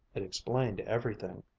it explained everything.